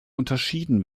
unterschieden